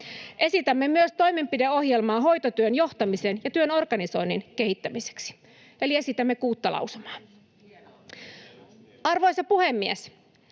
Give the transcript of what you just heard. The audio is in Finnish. Esitämme myös toimenpideohjelmaa hoitotyön johtamisen ja työn organisoinnin kehittämiseksi. Eli esitämme kuutta lausumaa. Arvoisa puhemies!